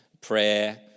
prayer